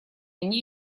они